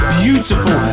beautiful